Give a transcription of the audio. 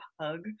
hug